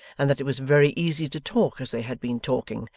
and that it was very easy to talk as they had been talking,